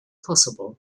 possible